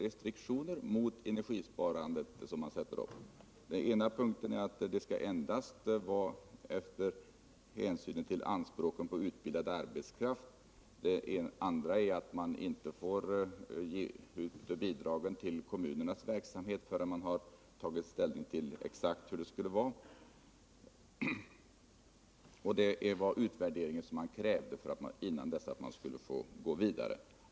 Där står nämligen i punkten 2 i motionens kläm att en ökning av energisparstödet skall kunna ske i den omfattning det är möjligt med hänsyn till anspråken på utbildad arbetskraft. Och i punkten 3 står det att bidrag till kommunerna skall lämnas endast enligt grunder som kan komma att godkännas av riksdagen. Man kräver alltså en utvärdering av detta innan vi går vidare.